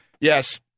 Yes